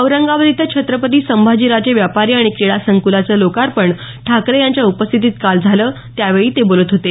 औरंगाबाद इथं छत्रपती संभाजी राजे व्यापारी आणि क्रीडा संक्लाचं लोकार्पण ठाकरे यांच्या उपस्थितीत काल झालं त्यावेळी ते बोलत होते